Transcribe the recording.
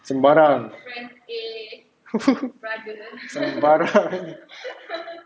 sembarang sembarang